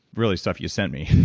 really stuff you sent me,